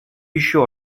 еще